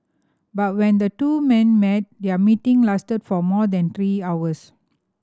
but when the two men met their meeting lasted for more than three hours